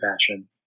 fashion